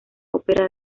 ópera